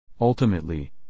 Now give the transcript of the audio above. Ultimately